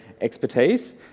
expertise